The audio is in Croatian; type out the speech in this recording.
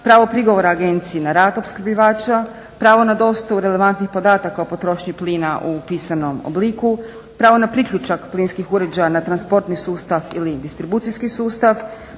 pravo prigovora agenciji na rad opskrbljivača, pravo na dostavu relevantnih podataka o potrošnji plina u pisanom obliku, pravo na priključak plinskih uređaja na transportni sustav ili distribucijski sustav,